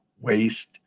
waste